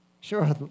Sure